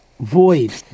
void